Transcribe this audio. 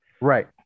right